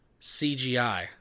cgi